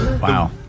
Wow